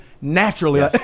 naturally